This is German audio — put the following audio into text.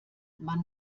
man